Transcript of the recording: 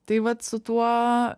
tai vat su tuo